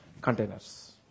containers